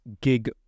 gig